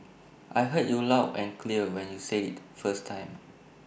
I heard you loud and clear when you said IT the first time